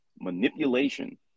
manipulation